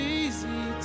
easy